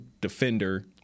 defender